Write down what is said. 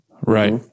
Right